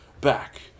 back